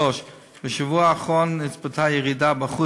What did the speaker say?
2. בשבוע האחרון נצפתה ירידה בשיעור